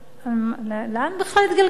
לאן בכלל התגלגלנו?